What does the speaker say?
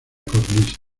cornisa